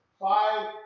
five